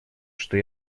что